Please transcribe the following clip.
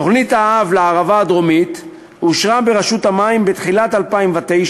תוכנית האב לערבה הדרומית אושרה ברשות המים בתחילת 2009,